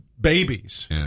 babies